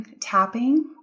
tapping